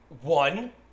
one